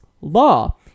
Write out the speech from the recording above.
law